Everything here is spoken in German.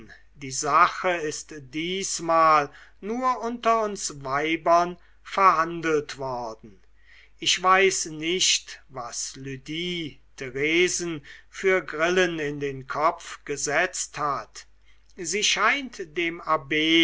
die sache ist diesmal nur unter uns weibern verhandelt worden ich weiß nicht was lydie theresen für grillen in den kopf gesetzt hat sie scheint dem abb